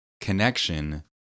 connection